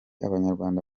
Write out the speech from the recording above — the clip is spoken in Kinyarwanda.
abanyarwanda